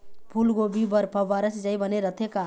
फूलगोभी बर फव्वारा सिचाई बने रथे का?